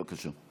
בבקשה.